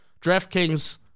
Draftkings